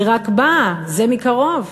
היא רק באה זה מקרוב.